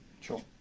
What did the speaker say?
Sure